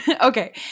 okay